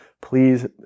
Please